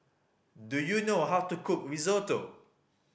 do you know how to cook Risotto